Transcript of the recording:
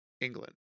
england